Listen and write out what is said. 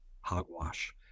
hogwash